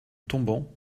tombant